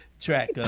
track